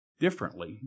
differently